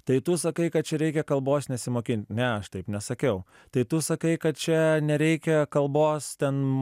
tai tu sakai kad čia reikia kalbos nesimokint ne aš taip nesakiau tai tu sakai kad čia nereikia kalbos ten